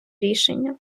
рішення